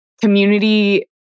community